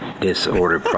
disorder